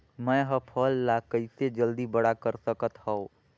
मैं ह फल ला कइसे जल्दी बड़ा कर सकत हव?